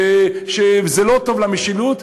שזה לא טוב למשילות,